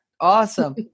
Awesome